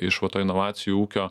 iš va to inovacijų ūkio